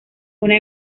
una